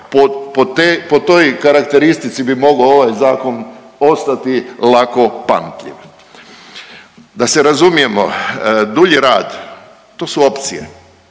po toj karakteristici bi mogao ovaj zakon ostati lako pamtljiv. Da se razumijemo, dulji rad to su opcije.